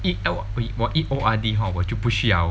一 O~ 我一 O_R_D hor 我就不需要